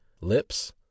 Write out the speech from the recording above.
lips